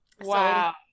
wow